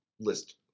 list